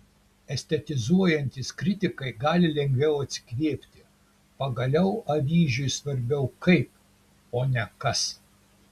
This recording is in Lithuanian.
estetizuojantys kritikai gali lengviau atsikvėpti pagaliau avyžiui svarbiau kaip o ne kas